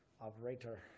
operator